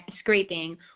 scraping